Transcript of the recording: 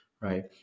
right